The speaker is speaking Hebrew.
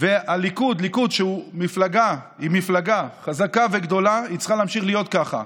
הליכוד היא מפלגה חזקה וגדולה והיא צריכה להמשיך להיות ככה.